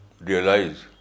realize